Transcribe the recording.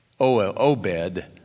Obed